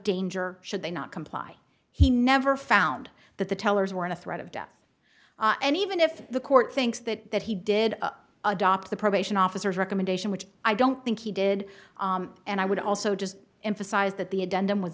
danger should they not comply he never found that the tellers were in a threat of death and even if the court thinks that that he did adopt the probation officers recommendation which i don't think he did and i would also just emphasize that the addendum was